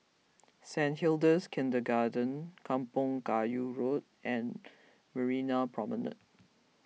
Saint Hilda's Kindergarten Kampong Kayu Road and Marina Promenade